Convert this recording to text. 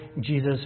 Jesus